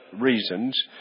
reasons